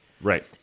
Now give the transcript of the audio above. Right